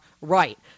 right